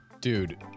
Dude